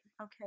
Okay